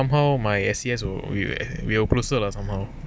somehow my S_C_S were we were closer lah somehow